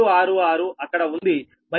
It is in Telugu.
266 అక్కడ ఉంది మరియు j0